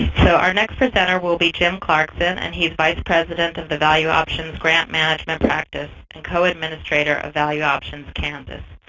so our next presenter will be jim clarkson and he's vice president of the valueoptions grant management practice and co-administrator of valueoptions kansas.